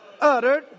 Uttered